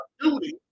duty